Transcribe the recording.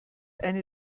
eine